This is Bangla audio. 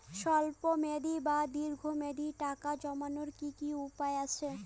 স্বল্প মেয়াদি বা দীর্ঘ মেয়াদি টাকা জমানোর কি কি উপায় আছে?